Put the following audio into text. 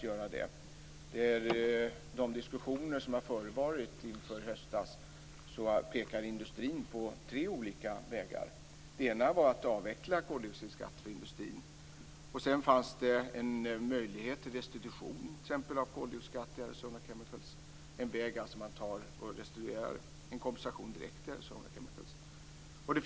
I de diskussioner som förevar i höstas pekade industrin på tre olika vägar. En innebar en avveckling av koldioxidskatten för industrin. En andra väg var en möjlighet till restitution av exempelvis koldioxidskatten till Arizona Chemical, dvs. det handlar om en kompensation direkt till företaget.